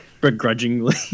begrudgingly